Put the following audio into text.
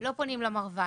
לא פונים למרב"ד.